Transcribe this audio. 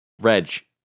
Reg